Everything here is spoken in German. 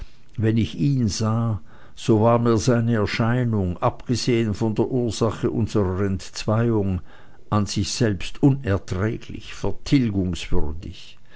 wenn ich ihn sah so war mir seine erscheinung abgesehen von der ursache unserer entzweiung an sich selbst unerträglich